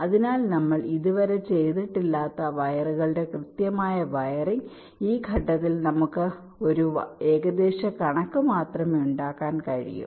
അതിനാൽ നമ്മൾ ഇതുവരെ ചെയ്തിട്ടില്ലാത്ത വയറുകളുടെ കൃത്യമായ വയറിംഗ് ഈ ഘട്ടത്തിൽ നമുക്ക് വളരെ ഏകദേശ കണക്ക് മാത്രമേ ഉണ്ടാക്കാൻ കഴിയൂ